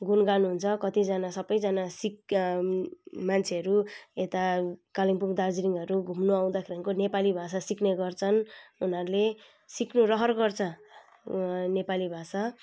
गुणगान हुन्छ कतिजना सबैजना सिक मान्छेहरू यता कालिम्पोङ दार्जिलिङहरू घुम्नु आउँदाखेरिको नेपाली भाषा सिक्ने गर्छन् उनीहरूले सिक्नु रहर गर्छ नेपाली भाषा